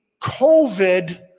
COVID